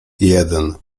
jeden